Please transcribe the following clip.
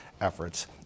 efforts